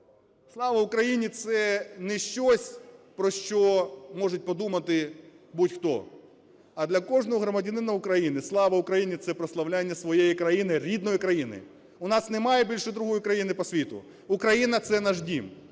"Слава Україні!" – це щось, про що можуть подумати будь-хто, а для кожного громадянина України "Слава Україні!" – це прославляння своєї країни, рідної країни. У нас немає більше другої країни по світу, Україна – це наш дім,